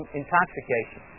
intoxication